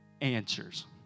answers